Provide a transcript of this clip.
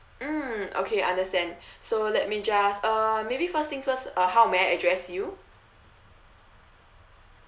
mm okay understand so let me just uh maybe first things first uh how may I address you